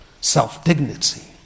self-dignity